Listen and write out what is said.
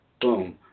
boom